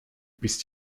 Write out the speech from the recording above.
bist